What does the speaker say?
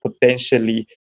potentially